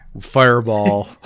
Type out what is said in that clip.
fireball